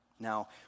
Now